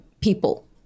people